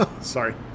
Sorry